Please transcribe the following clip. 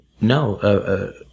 No